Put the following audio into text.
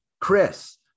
Chris